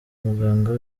muganga